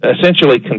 essentially